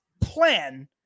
plan